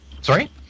Sorry